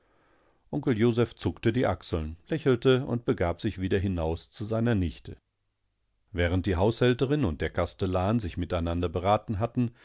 onkel joseph zuckte die achseln lächelte und begab sich wieder hinaus zu seiner nichte während die haushälterin und der kastellan sich miteinander beraten hatten